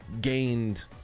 gained